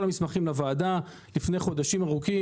המסמכים לוועדה לפני חודשים ארוכים,